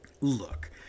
Look